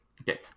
Okay